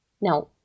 Now